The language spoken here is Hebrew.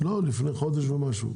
לא, לפני חודש ומשהו.